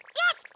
yeah.